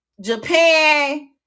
Japan